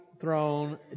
throne